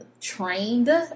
trained